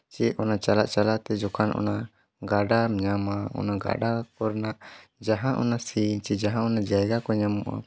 ᱥᱮ ᱚᱱᱟ ᱪᱟᱞᱟᱜ ᱪᱟᱞᱟᱜ ᱛᱮ ᱡᱚᱠᱷᱟᱱ ᱚᱱᱟ ᱜᱟᱰᱟᱢ ᱧᱟᱢᱟ ᱚᱱᱟ ᱜᱟᱰᱟ ᱠᱚ ᱨᱮᱱᱟᱜ ᱡᱟᱦᱟᱸ ᱚᱱᱟ ᱥᱤᱱ ᱪᱮ ᱡᱟᱦᱟᱸ ᱚᱱᱟ ᱡᱟᱭᱜᱟ ᱠᱚ ᱧᱟᱢᱚᱜᱼᱟ